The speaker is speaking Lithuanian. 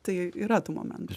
tai yra tų momentų